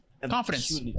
Confidence